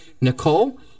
Nicole